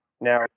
now